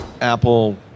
Apple